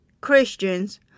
Christians